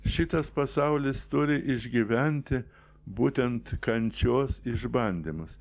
šitas pasaulis turi išgyventi būtent kančios išbandymus